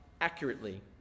accurately